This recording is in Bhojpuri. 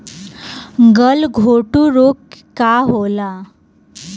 गलघोटू रोग का होला?